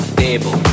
table